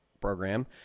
program